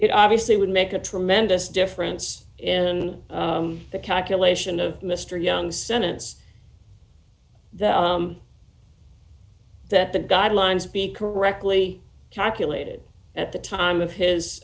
it obviously would make a tremendous difference in the calculation of mr young sentence that that the guidelines be correctly calculated at the time of his